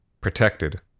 protected